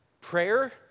prayer